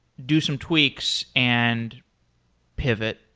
do some tweaks and pivot,